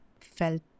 felt